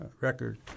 record